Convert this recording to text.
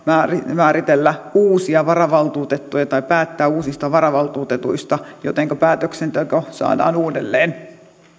määritellä uusia varavaltuutettuja tai päättää uusista varavaltuutetuista jotta päätöksenteko saadaan uudelleen